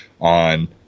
on